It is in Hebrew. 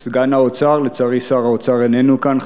סגן שר האוצר לצערי שר האוצר איננו כאן,